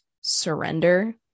surrender